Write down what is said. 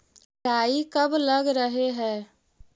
राई कब लग रहे है?